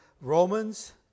Romans